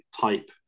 type